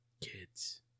Kids